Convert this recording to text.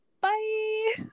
Bye